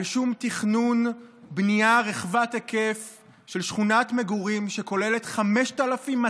על שום תכנון בנייה רחבת היקף של שכונת מגורים שכוללת 5,250